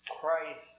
Christ